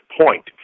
point